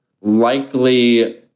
likely